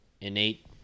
innate